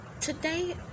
Today